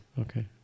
Okay